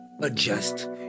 adjust